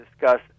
discuss